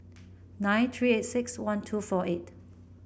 nine three eight six one two four eight